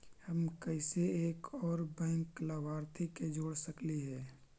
हम कैसे एक और बैंक लाभार्थी के जोड़ सकली हे?